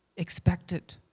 expect it,